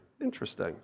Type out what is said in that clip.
Interesting